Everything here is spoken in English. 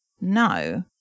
no